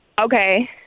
Okay